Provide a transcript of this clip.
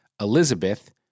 Elizabeth